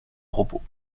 repos